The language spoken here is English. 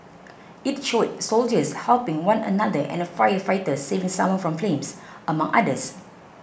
it showed soldiers helping one another and a firefighter saving someone from flames among others